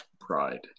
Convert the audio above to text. pride